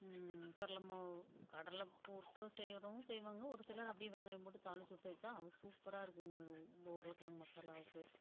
கடலை மாவு கடலை போட்டும் செய்யிறவங்க செய்வாங்க ஒரு சிலர் அப்படே வெங்காயம் போட்டு தாளித்திட்டு வச்சா அது சூப்பராகருக்குங்க உருளைக்கிழங்கு மசாலாவுக்கு